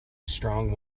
strong